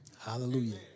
Hallelujah